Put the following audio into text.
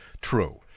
true